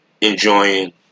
enjoying